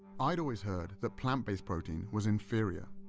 i'd always heard that plant-based protein was inferior.